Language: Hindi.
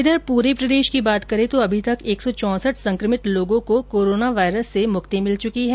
इधर प्रदेश की बात करें तो अभी तक एक सौ चौंसठ संक्रमित लोगों को कोरोना वायरस से मुक्ति मिल चुकी है